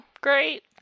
great